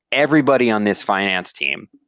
everybody on this finance team,